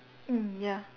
mm ya